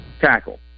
tackle